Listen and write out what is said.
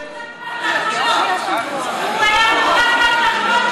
אז למה הוא אמר שזה חל על ההתנחלויות?